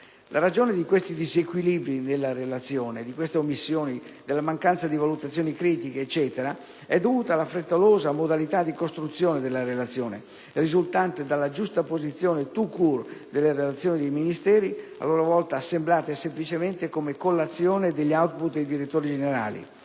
La ragione di questi disequilibri della Relazione, di queste omissioni, della mancanza di valutazioni critiche, eccetera è dovuta alla sua frettolosa modalità di redazione, risultante dalla giustapposizione *tout court* delle relazioni dei Ministeri, a loro volta assemblate semplicemente come collazione degli *output* dei direttori generali,